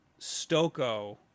Stoko